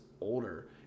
older